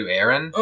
Aaron